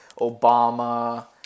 Obama